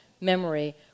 memory